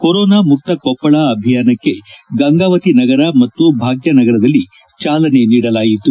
corona ಮುಕ್ತ ಕೊಪ್ಪಳ ಅಭಿಯಾನಕ್ಕೆ ಗಂಗಾವತಿ ನಗರ ಮತ್ತು ಭಾಗ್ಲನಗರದಲ್ಲಿ ಚಾಲನೆ ನೀಡಲಾಯಿತು